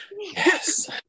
Yes